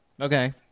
Okay